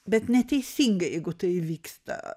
bet neteisinga jeigu tai vyksta